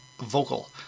vocal